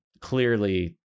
clearly